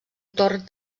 torn